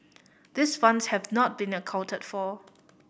these funds have not been accounted for